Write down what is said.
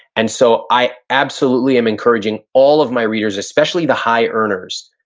and so, i absolutely am encouraging all of my readers, especially the high earners,